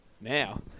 Now